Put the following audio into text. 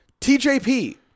TJP